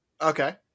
Okay